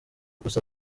gusa